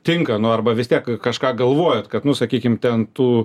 tinka nu arba vis tiek kažką galvojat kad nu sakykim ten tu